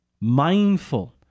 mindful